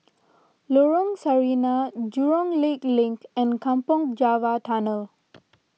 Lorong Sarina Jurong Lake Link and Kampong Java Tunnel